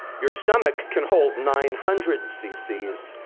your stomach can hold nine hundred cc's.